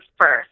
first